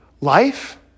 life